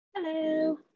Hello